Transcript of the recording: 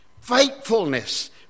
Faithfulness